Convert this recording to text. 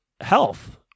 health